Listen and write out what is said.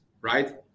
right